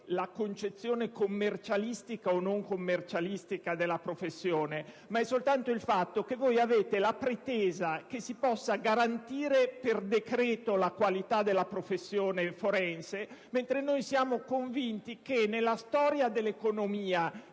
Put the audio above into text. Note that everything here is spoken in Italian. la concezione commercialistica o non commercialistica della professione, ma soltanto il fatto che voi avete la pretesa che si possa garantire per decreto la qualità della professione forense, mentre noi siamo convinti che in tutta la storia dell'economia